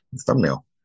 thumbnail